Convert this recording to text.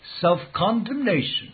self-condemnation